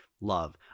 love